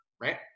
right